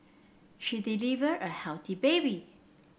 she delivered a healthy baby